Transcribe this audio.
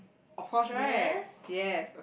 of cause right yes